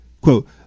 quote